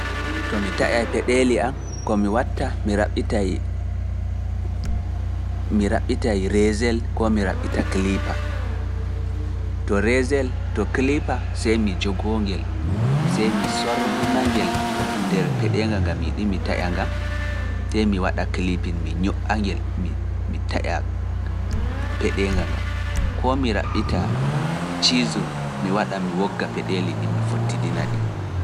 To mi taƴa peɗeli an, ko mi watta, mi raɓɓitay reezel, koo mi raɓɓita kaliipa. To reeszel, to kiliipa, sey mi jogoo ngel, sey mi sorna ngel nder peɗenga ngan, mi taƴa nga, mi waɗa kiliipi, mi ñoɗa ngel, mi taƴa peɗenga ngan. komi raɓɓita ciisul mi waɗa mi wogga peɗeli ɗi mi fottidina ɗi.